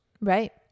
right